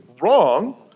Wrong